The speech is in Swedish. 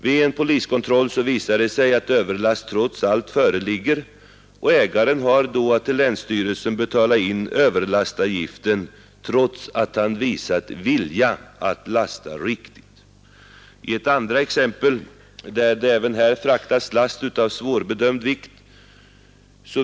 Vid en poliskontroll visar det sig att överlast trots allt föreligger. Ägaren har då att till länsstyrelsen betala in överlastavgiften, trots att han har visat vilja att lasta riktigt. I ett andra exempel har även fraktats last av svårbedömd vikt.